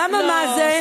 למה "מה זה"?